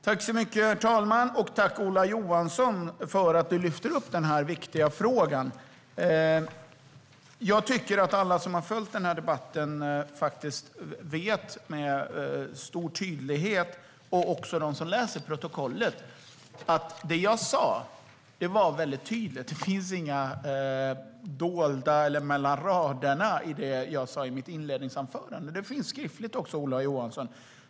Herr talman! Tack för att du lyfter upp den här viktiga frågan, Ola Johansson! Jag tror att alla som följt debatten eller läser protokollet faktiskt vet att det jag sa var väldigt tydligt. Det finns inget dolt eller mellan raderna i det jag sa i mitt inledningsanförande. Det finns också skriftligt, Ola Johansson.